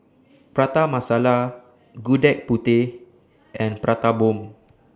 Prata Masala Gudeg Putih and Prata Bomb